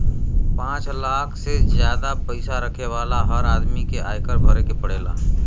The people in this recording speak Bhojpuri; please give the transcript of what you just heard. पांच लाख से जादा पईसा रखे वाला हर आदमी के आयकर भरे के पड़ेला